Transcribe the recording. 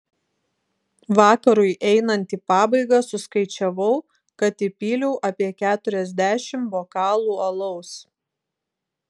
vakarui einant į pabaigą suskaičiavau kad įpyliau apie keturiasdešimt bokalų alaus